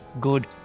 good